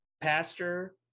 pastor